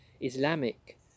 Islamic